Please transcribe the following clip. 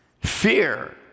Fear